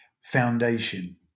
foundation